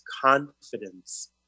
confidence